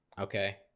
Okay